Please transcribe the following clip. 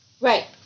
Right